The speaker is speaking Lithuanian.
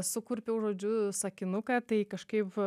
sukurpiau žodžiu sakinuką tai kažkaip